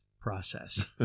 process